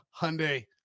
hyundai